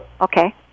Okay